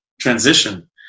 transition